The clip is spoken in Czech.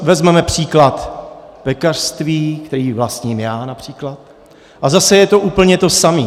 Vezmeme příklad pekařství, které vlastním já například, a zase je to úplně to samé.